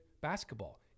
basketball